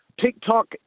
TikTok